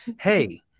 hey